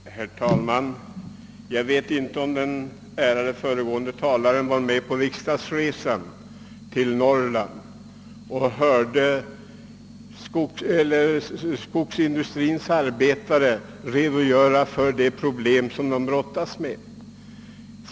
Herr talman! Jag vet inte om den ärade föregående talaren deltog i riksdagsmännens resa till Norrland och hörde skogsindustrins arbetare redogöra för de problem som de brottas med.